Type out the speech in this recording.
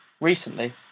Recently